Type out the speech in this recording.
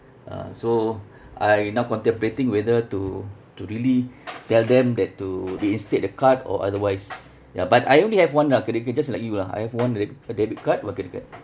uh so I now contemplating whether to to really tell them that to reinstate the card or otherwise ya but I only have one ah credit card just like you lah I have one re~ a debit card one credit card